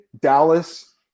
Dallas